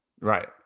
Right